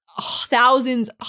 thousands